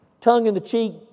tongue-in-the-cheek